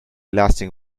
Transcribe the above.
lasting